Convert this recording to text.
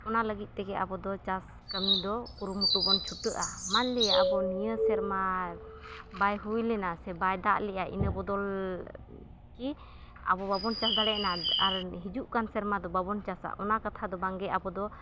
ᱚᱱᱟ ᱞᱟᱹᱜᱤᱫ ᱛᱮᱜᱮ ᱟᱵᱚᱫᱚ ᱪᱟᱥ ᱠᱟᱹᱢᱤᱫᱚ ᱠᱩᱨᱩᱢᱩᱴᱩ ᱵᱚᱱ ᱪᱷᱩᱴᱟᱹᱜᱼᱟ ᱢᱟᱱᱞᱤᱭᱟ ᱟᱵᱚ ᱱᱤᱭᱟᱹ ᱥᱮᱨᱢᱟ ᱵᱟᱭ ᱦᱩᱭ ᱞᱮᱱᱟ ᱥᱮ ᱵᱟᱭ ᱫᱟᱜ ᱞᱮᱜᱼᱟ ᱤᱱᱟᱹ ᱵᱚᱫᱚᱞ ᱠᱤ ᱟᱵᱚ ᱵᱟᱵᱚᱱ ᱪᱟᱥ ᱫᱟᱲᱮᱭᱟᱜᱼᱟ ᱟᱨ ᱦᱤᱡᱩᱜ ᱠᱟᱱ ᱥᱮᱨᱢᱟ ᱫᱚ ᱵᱟᱵᱚᱱ ᱪᱟᱥᱟ ᱚᱱᱟ ᱠᱟᱛᱷᱟ ᱫᱚ ᱵᱟᱝᱜᱮ ᱟᱵᱚ ᱫᱚ